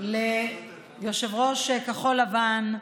ליושב-ראש כחול לבן,